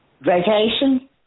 Vacation